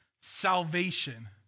salvation